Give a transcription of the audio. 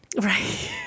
Right